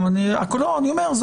אני אומר,